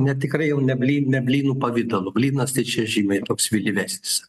ne tikrai ne bly ne blynų pavidalu blynas tai čia žymiai toks vėlyvesnis